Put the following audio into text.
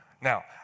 Now